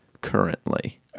currently